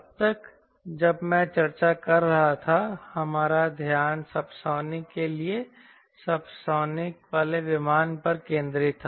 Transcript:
अब तक जब मैं चर्चा कर रहा था हमारा ध्यान सबसोनिक के लिए सबसोनिक वाले विमान पर केंद्रित था